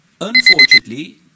unfortunately